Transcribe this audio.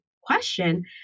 question